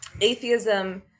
atheism